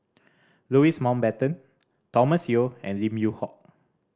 Louis Mountbatten Thomas Yeo and Lim Yew Hock